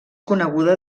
coneguda